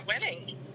winning